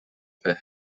fer